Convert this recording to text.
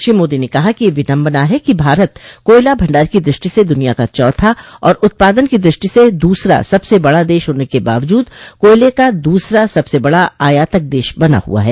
श्री मोदी ने कहा कि यह विडम्बना है कि भारत कोयला भंडार की दृष्टि से दुनिया का चाथा और उत्पादन की दृष्टि से दूसरा सबसे बड़ा देश होने के बावजूद कोयले का दूसरा सबसे बड़ा आयातक देश बना हुआ है